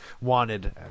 wanted